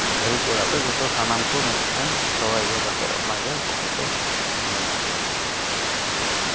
ᱟᱹᱭᱩᱵ ᱵᱮᱲᱟ ᱫᱚ ᱡᱚᱛᱚ ᱥᱟᱱᱟᱢ ᱠᱚ ᱢᱤᱫ ᱴᱷᱮᱱ ᱥᱚᱲᱮ ᱤᱭᱟᱹ ᱠᱟᱛᱮ ᱚᱱᱟᱜᱮ ᱡᱚᱛᱚ ᱠᱚ ᱡᱚᱢ ᱦᱟᱹᱴᱤᱧᱟ